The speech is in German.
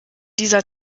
dieser